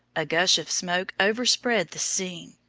a gush of smoke overspread the scene.